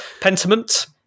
Pentiment